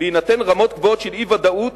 בהינתן רמות גבוהות של אי-ודאות,